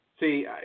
See